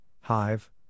Hive